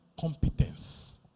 competence